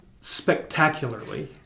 spectacularly